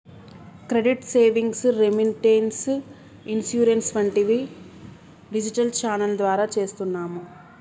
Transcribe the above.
credit savings, remittance, insurance వంటివి digital channel ద్వారా చేస్తున్నాము